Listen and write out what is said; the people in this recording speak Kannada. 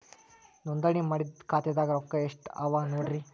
ನೋಂದಣಿ ಮಾಡಿದ್ದ ಖಾತೆದಾಗ್ ಎಷ್ಟು ರೊಕ್ಕಾ ಅವ ನೋಡ್ರಿ